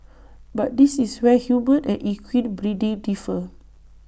but this is where human and equine breeding differ